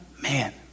man